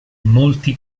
molti